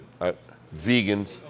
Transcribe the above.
Vegans